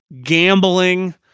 gambling